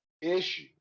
issue